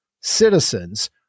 citizens